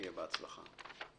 שיהיה בהצלחה.